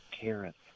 Carrots